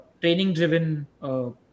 training-driven